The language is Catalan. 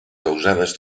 causades